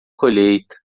colheita